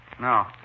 No